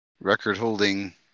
record-holding